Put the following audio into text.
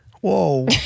whoa